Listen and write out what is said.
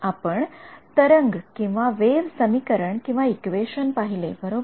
आपण तरंगवेव्ह समीकरणइक्वेशन पाहिले बरोबर